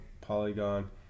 Polygon